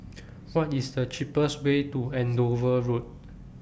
What IS The cheapest Way to Andover Road